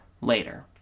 later